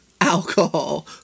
alcohol